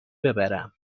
ببرم